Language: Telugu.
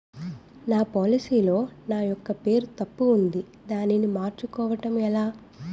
నా పోలసీ లో నా యెక్క పేరు తప్పు ఉంది దానిని మార్చు కోవటం ఎలా?